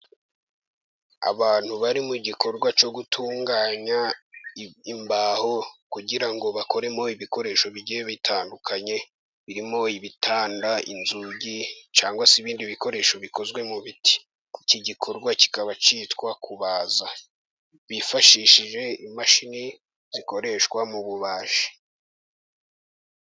Abantu bari mu gikorwa cyo gutunganya imbaho kugira ngo bakoremo ibikoresho bigiye bitandukanye birimo: ibitanda, inzugi cyangwa se ibindi bikoresho bikozwe mu biti. Iki gikorwa kikaba cyitwa kubaza bifashishije imashini zikoreshwa mu bubaji.